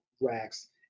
racks